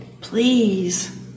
please